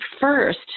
first